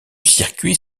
circuits